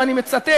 ואני מצטט,